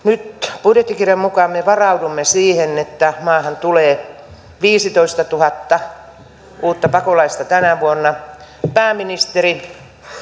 nyt budjettikirjan mukaan me varaudumme siihen että maahan tulee viisitoistatuhatta uutta pakolaista tänä vuonna pääministeri